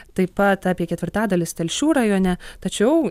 taip pat apie ketvirtadalis telšių rajone tačiau